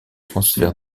transfert